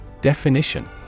Definition